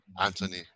Anthony